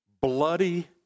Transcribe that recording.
bloody